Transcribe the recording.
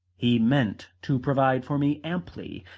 he meant to provide for me amply,